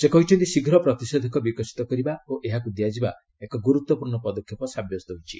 ସେ କହିଛନ୍ତି ଶୀଘ୍ର ପ୍ରତିଷେଧକ ବିକଶିତ କରିବା ଓ ଏହାକୁ ଦିଆଯିବା ଏକ ଗୁରୁତ୍ୱପୂର୍ଣ୍ଣ ପଦକ୍ଷେପ ସାବ୍ୟସ୍ତ ହୋଇଛି